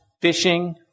fishing